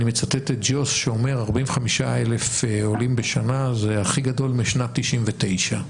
אני מצטט את ג'וש שאומר 45,000 עולים בשנה זה הכי גבוה משנת 99',